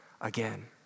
again